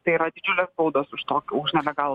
tai yra didžiulės baudos už tokį už nelegalų